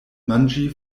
manĝi